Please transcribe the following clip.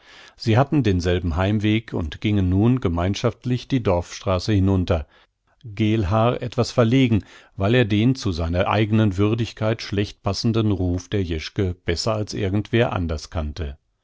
sie hatten denselben heimweg und gingen nun gemeinschaftlich die dorfstraße hinunter geelhaar etwas verlegen weil er den zu seiner eignen würdigkeit schlecht passenden ruf der jeschke besser als irgend wer anders kannte